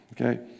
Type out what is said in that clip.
Okay